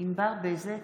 ענבר בזק,